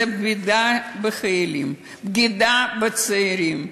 זו בגידה בחיילים, בגידה בצעירים.